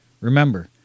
remember